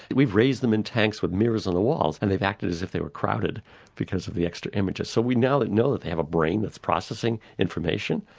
we've raised them in tanks with mirrors on the walls and they've acted as if they were crowded because of the extra images. so we now know that they have a brain that's processing information,